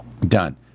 Done